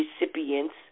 recipients